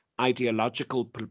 ideological